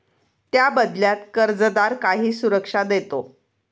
त्या बदल्यात कर्जदार काही सुरक्षा देतो